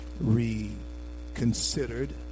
reconsidered